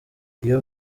iyo